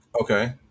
Okay